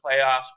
playoffs